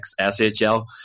SHL